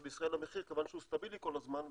אז בישראל המחיר סטיבילי כל הזמן.